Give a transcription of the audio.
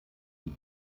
die